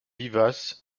vivaces